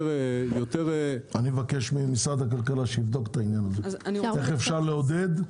אני מבקש ממשרד הכלכלה שיבדוק איך אפשר לעודד,